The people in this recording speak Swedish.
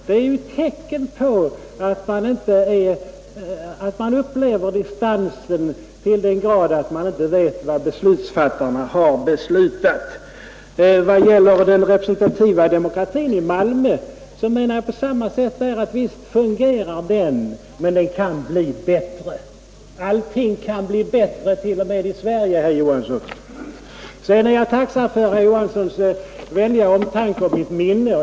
De är tecken på att man upplever distansen till den grad att man inte vet vad beslutsfattarna har beslutat. Vad gäller den representativa demokratin i Malmö menar jag på samma sätt; visst fungerar den, men den kan bli bättre. Allting kan bli bättre, t.o.m. i Sverige, herr Johansson! Jag är tacksam för herr Johanssons vänliga omtanke om mitt minne.